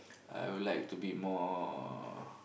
I will like to be more